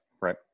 right